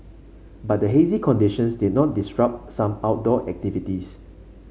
but the hazy conditions did not disrupt some outdoor activities